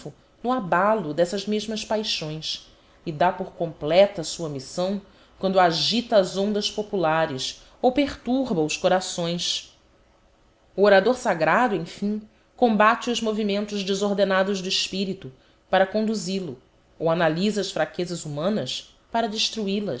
no abalo dessas mesmas paixões e dá por completa sua missão quando agita as ondas populares ou perturba os coradigiti zedby google ções o orador sagrado emfim combate os movimentos desordenados do espirito para conduzil o ou analysa as fraquezas humanas para